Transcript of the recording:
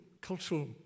cultural